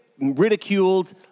ridiculed